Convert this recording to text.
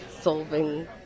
solving